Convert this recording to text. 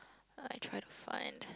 I try to find